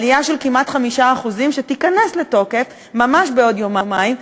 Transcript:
עלייה של כמעט 5% שתיכנס לתוקף ממש בעוד יומיים.